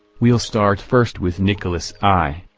we'll start first with nicholas i,